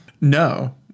No